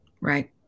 Right